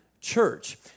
church